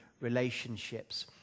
relationships